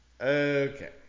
Okay